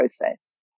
process